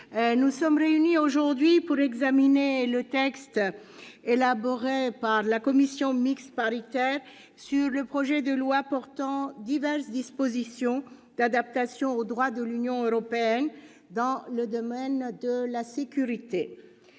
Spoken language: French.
nous sommes réunis aujourd'hui pour examiner le texte élaboré par la commission mixte paritaire sur le projet de loi portant diverses dispositions d'adaptation au droit de l'Union européenne dans le domaine de la sécurité.